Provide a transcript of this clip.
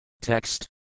Text